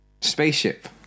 Spaceship